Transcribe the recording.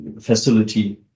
facility